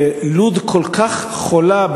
ולוד כל כך חולה,